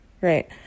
Right